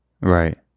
Right